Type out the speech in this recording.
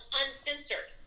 uncensored